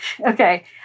Okay